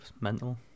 Mental